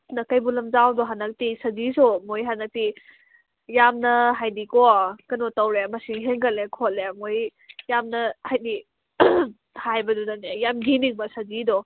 ꯑꯗꯨꯅ ꯀꯩꯕꯨꯜ ꯂꯝꯖꯥꯎꯗꯣ ꯍꯟꯗꯛꯇꯤ ꯁꯖꯤꯁꯨ ꯃꯣꯏ ꯍꯟꯗꯛꯇꯤ ꯌꯥꯝꯅ ꯍꯥꯏꯕꯗꯤꯀꯣ ꯀꯩꯅꯣ ꯇꯧꯔꯦ ꯃꯁꯤꯡ ꯍꯦꯟꯒꯠꯂꯦ ꯈꯣꯠꯂꯦ ꯃꯣꯏ ꯌꯥꯝꯅ ꯍꯥꯏꯕꯗꯤ ꯍꯥꯏꯕꯗꯨꯗꯅꯦ ꯌꯥꯝ ꯌꯦꯡꯅꯤꯡꯕ ꯁꯖꯤꯗꯣ